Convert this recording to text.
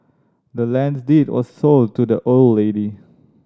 the land's deed was sold to the old lady